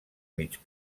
mig